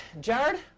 Jared